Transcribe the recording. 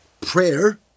Prayer